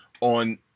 on